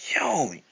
yo